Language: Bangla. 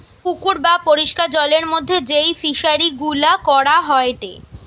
পুকুর বা পরিষ্কার জলের মধ্যে যেই ফিশারি গুলা করা হয়টে